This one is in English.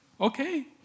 Okay